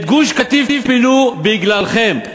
את גוש-קטיף פינו, בגללכם.